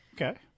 Okay